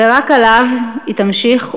ורק עליו היא תמשיך ותתקיים.